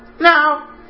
Now